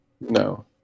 No